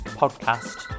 podcast